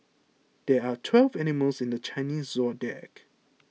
there are twelve animals in the Chinese zodiac